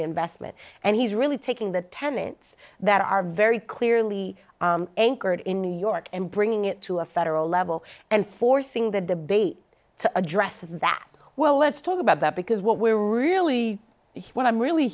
reinvestment and he's really taking the tenants that are very clearly anchored in new york and bringing it to a federal level and forcing the debate to address that well let's talk about that because what we're really what i'm really